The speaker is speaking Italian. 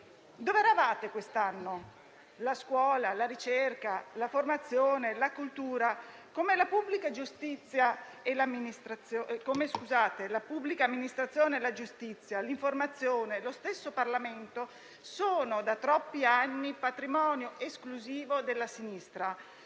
Dove eravate quest'anno? La scuola, la ricerca, la formazione, la cultura, come la pubblica amministrazione e la giustizia, l'informazione e lo stesso Parlamento sono da troppi anni patrimonio esclusivo della sinistra.